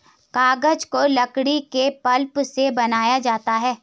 कागज को लकड़ी के पल्प से बनाया जाता है